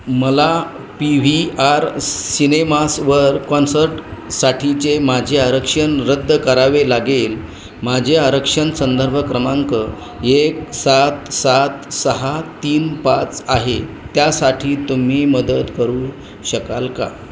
मला P V R सिनेमासवर concert साठीचे माझे आरक्षण रद्द करावे लागेल माझे आरक्षण संदर्भ क्रमांक एक सात सात सहा तीन पाच आहे त्यासाठी तुम्ही मदत करू शकाल का